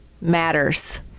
matters